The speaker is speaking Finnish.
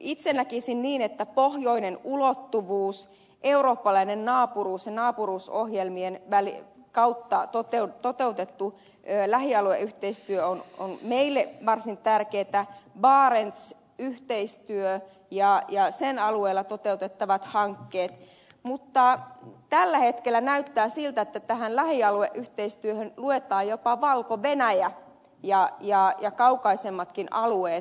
itse näkisin niin että pohjoinen ulottuvuus eurooppalainen naapuruus ja naapuruusohjelmien kautta toteutettu lähialueyhteistyö on meille varsin tärkeätä barents yhteistyö ja sen alueella toteutettavat hankkeet mutta tällä hetkellä näyttää siltä että tähän lähialueyhteistyöhön luetaan jopa valko venäjä ja kaukaisemmatkin alueet